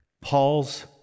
Paul's